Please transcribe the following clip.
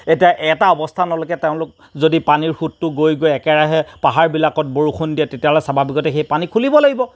এতিয়া এটা অৱস্থানলৈকে তেওঁলোক যদি পানীৰ সোঁতটো গৈ গৈ একেৰাহে পাহাৰবিলাকত বৰষুণ দিয়ে তেতিয়াহ'লে স্বাভাৱিকতে সেই পানী খুলিব লাগিব